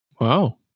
Wow